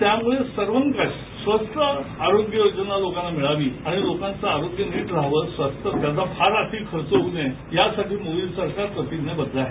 त्यामुळे सर्वंकष स्वस्त आरोग्य योजना लोकांना मिळावी आणि लोकांच आरोग्य नीट राहाव त्यांचा फार अधिक खर्च होऊ नये यासाठी मोदी सरकार प्रतिज्ञाबद्ध आहे